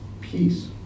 peace